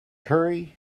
curry